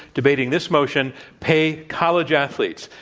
debating this motion, pay college athletes.